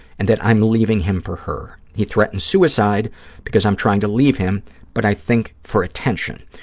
and that i'm leaving him for her. he threatened suicide because i'm trying to leave him but i think for attention.